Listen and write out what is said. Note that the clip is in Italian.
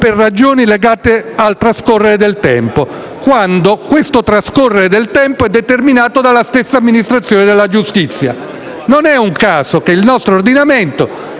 per ragioni legate al trascorrere del tempo, quando questo trascorrere del tempo è determinato dalla stessa amministrazione della giustizia. Non è un caso che il nostro ordinamento